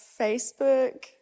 Facebook